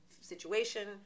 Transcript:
situation